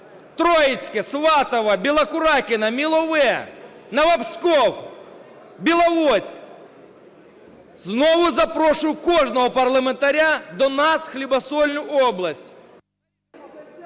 Троїцьке, Сватове, Білокуракине, Мілове, Новопсков, Біловодськ. Знову запрошую кожного парламентаря до нас в хлібосольну область…